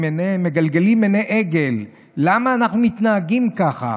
מגלגלים עיני עגל: למה אנחנו מתנהגים ככה?